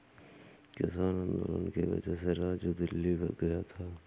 किसान आंदोलन की वजह से राजू दिल्ली गया था